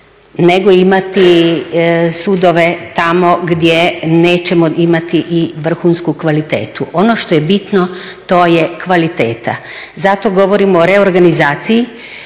nego imati sudove tamo gdje nećemo imati i vrhunsku kvalitetu. Ono što je bitno to je kvaliteta. Zato govorimo o reorganizaciji,